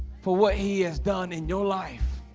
for what he has done in your life